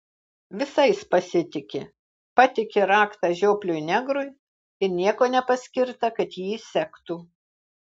visais pasitiki patiki raktą žiopliui negrui ir nieko nepaskirta kad jį sektų